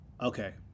okay